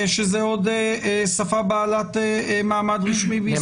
שזו שפה בעלת מעמד רשמי בישראל?